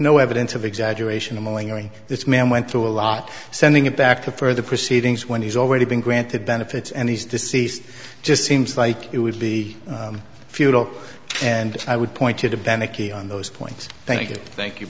no evidence of exaggeration of this man went through a lot sending it back to further proceedings when he's already been granted benefits and he's deceased just seems like it would be futile and i would point to the bennett key on those points thank you thank you